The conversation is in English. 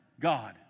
God